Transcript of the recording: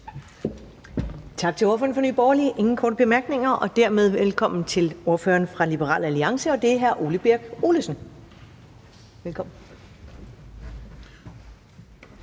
Tak til ordføreren fra Nye Borgerlige. Der er ingen korte bemærkninger. Og dermed velkommen til ordføreren fra Liberal Alliance, og det er hr. Ole Birk Olesen. Kl.